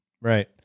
Right